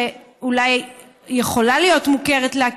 שאולי יכולה להיות מוכרת לה,